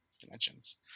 dimensions